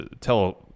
tell